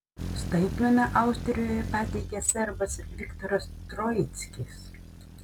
staigmeną austrijoje pateikė serbas viktoras troickis